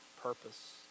purpose